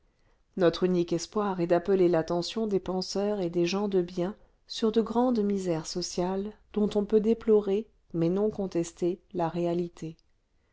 notre unique espoir est d'appeler l'attention des penseurs et des gens de bien sur de grandes misères sociales dont on peut déplorer mais non contester la réalité